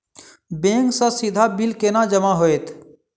Bank सँ सीधा bill केना जमा होइत?